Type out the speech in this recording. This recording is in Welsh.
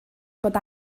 bod